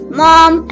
mom